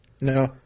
No